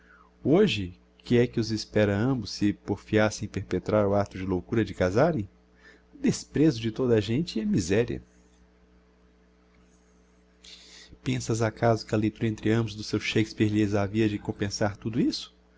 hoje que é que os espera a ambos se porfiassem em perpetrar o acto de loucura de casarem o desprezo de toda a gente e a miseria pensas acaso que a leitura entre ambos do seu shakspeare lhes havia de compensar tudo isso